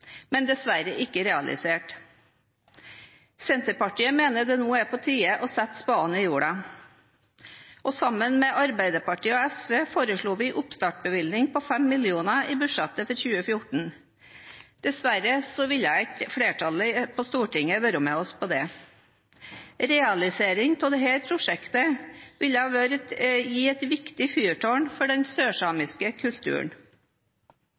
men dessverre ikke realisert. Senterpartiet mener det nå er på tide å sette spaden i jorda, og sammen med Arbeiderpartiet og SV foreslo vi en oppstartsbevilgning på 5 mill. kr i budsjettet for 2014. Dessverre ville ikke flertallet på Stortinget være med oss på det. Realiseringen av dette prosjektet ville gitt et viktig fyrtårn for den sørsamiske kulturen